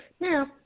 Now